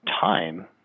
time